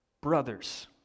brothers